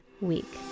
week